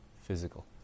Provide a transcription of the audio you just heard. Physical